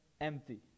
empty